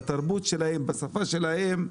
בתרבות שלהם ובשפה שלהם,